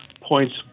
points